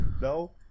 No